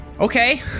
okay